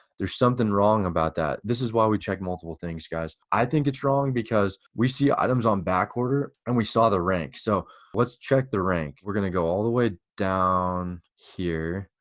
there's something wrong about that. this is why we check multiple things, guys. i think it's wrong because we see the item's on back order and we saw the rank. so let's check the rank. we're gonna go all the way down here,